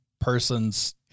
person's